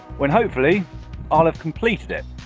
when hopefully i'll have completed it.